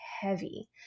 heavy